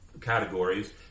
categories